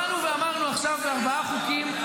באנו ואמרנו, עכשיו אלה ארבעה חוקים,